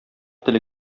теле